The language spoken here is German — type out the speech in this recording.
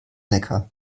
neckar